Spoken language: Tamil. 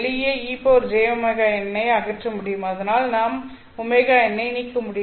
வெளியே ejωn ஐ அகற்ற முடியும் அதனால் நாம் ωn ஐ நீக்கமுடியும்